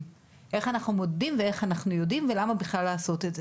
ואיך אנחנו יודעים ולמה בכלל לעשות את זה.